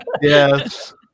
Yes